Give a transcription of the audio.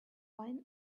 wine